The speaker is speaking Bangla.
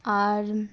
আর